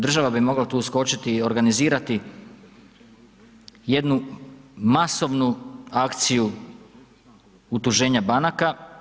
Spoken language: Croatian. Država bi mogla tu uskočiti i organizirati jednu masovnu akciju utuženja banaka.